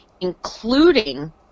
including